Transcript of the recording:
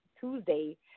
Tuesday